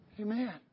Amen